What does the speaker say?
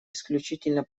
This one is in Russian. исключительно